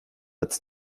als